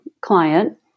client